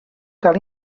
cal